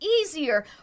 easier